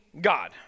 God